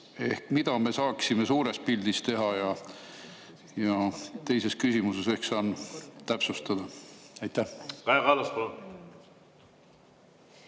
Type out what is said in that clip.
Mida me saaksime suures pildis teha? Ehk teises küsimuses saan täpsustada. Aitäh,